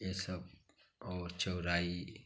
ये सब और चौराई